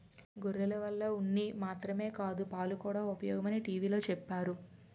గొర్రెల వల్ల ఉన్ని మాత్రమే కాదు పాలుకూడా ఉపయోగమని టీ.వి లో చెప్పేరు